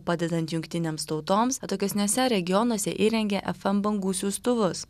padedant jungtinėms tautoms atokesniuose regionuose įrengė fm bangų siųstuvus